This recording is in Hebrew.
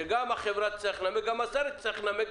שגם החברה תצטרך לנמק וגם השר יצטרך לנמק